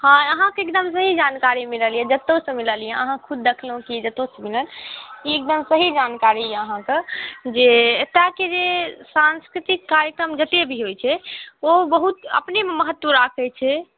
हँ अहाँके एकदम सही जानकारी मिलल यए जतयसँ मिलल यए अहाँ खुद देखलहुँ की जतयसँ मिलल ई एकदम सही जानकारी यएऽ अहाँके जे एतयके जे सांस्कृतिक कार्यक्रम जतेक भी होइत छै ओ बहुत अपनेमे महत्व राखैत छै